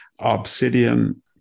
Obsidian